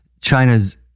China's